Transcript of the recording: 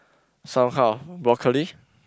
some kind of broccoli